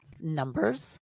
numbers